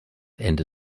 ende